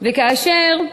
וכאשר אני,